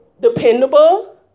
Dependable